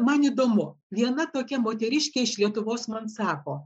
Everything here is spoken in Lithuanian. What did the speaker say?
man įdomu viena tokia moteriškė iš lietuvos man sako